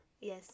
Yes